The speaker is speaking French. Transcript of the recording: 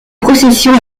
procession